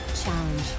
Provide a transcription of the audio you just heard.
challenge